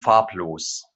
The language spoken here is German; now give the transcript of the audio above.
farblos